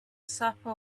supper